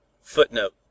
Footnote